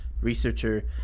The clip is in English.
Researcher